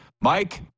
mike